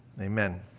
amen